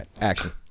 Action